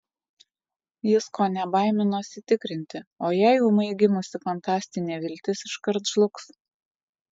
jis kone baiminosi tikrinti o jei ūmai gimusi fantastinė viltis iškart žlugs